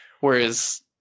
whereas